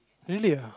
really ah